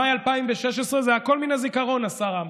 במאי 2016, זה הכול מן הזיכרון, השר עמאר,